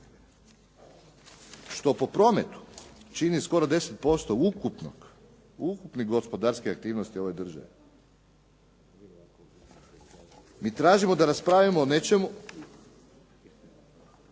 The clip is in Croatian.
što po prometu čini skoro 10% ukupne gospodarske aktivnosti ove države. Mi tražimo da raspravimo o nečemu